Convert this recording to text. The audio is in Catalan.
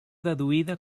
deduïda